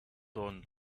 dawn